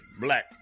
black